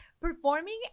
performing